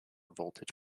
voltage